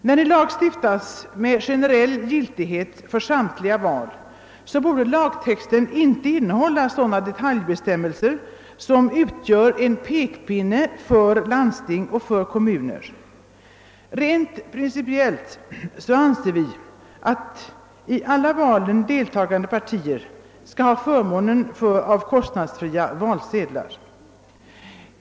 När en lag stiftas med generell giltighet för samtliga val, borde inte lagtexten innehålla detaljer som utgör en pekpinne för landsting och kommuner. Rent principiellt anser vi att alla i valen deltagande partier skall ha förmånen av kostnadsfria valsedlar.